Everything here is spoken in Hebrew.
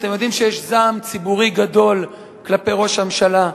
אתם יודעים שיש זעם ציבורי גדול כלפי ראש הממשלה,